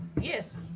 Yes